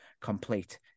complete